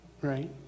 right